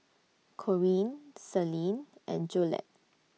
Corine Celine and Jolette